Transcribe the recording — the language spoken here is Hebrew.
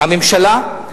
הממשלה,